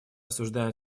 осуждаем